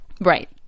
Right